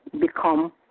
become